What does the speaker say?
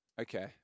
Okay